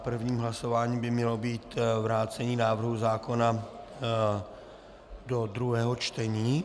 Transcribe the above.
Prvním hlasováním by mělo být vrácení návrhu zákona do druhého čtení.